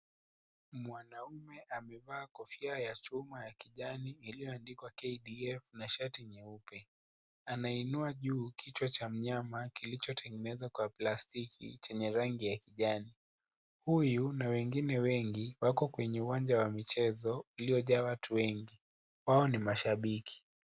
Mwanamume amevaa kofia ya chuma ya kijani iliyoandikwa KDF na shati jeupe. Anainua juu kichwa cha mnyama kilichotengenezwa kwa plastiki chenye rangi ya kijani. Huyu na wengine wengi wako kwenye uwanja wa michezo uliojaa watu wengi. Wao ni mashabiki.